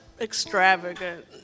extravagant